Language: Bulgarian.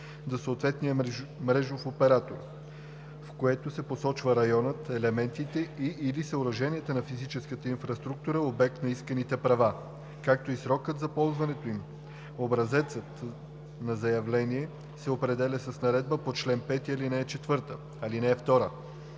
до съответния мрежов оператор, в което се посочва районът, елементите и/или съоръженията на физическата инфраструктура - обект на исканите права, както и срокът за ползването им. Образецът на заявление се определя с наредбата по чл. 5, ал. 4. (2)